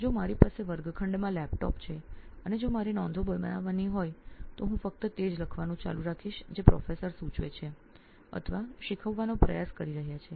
જો મારી પાસે વર્ગખંડમાં લેપટોપ હોય અને જો મારે નોંધો લેવાની હોય તો હું ફક્ત તે જ લખીશ જે પ્રાધ્યાપક સૂચવે છે અથવા શીખવવાનો પ્રયત્ન કરી રહ્યા છે